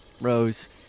Rose